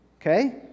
okay